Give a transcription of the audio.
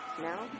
now